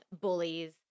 bullies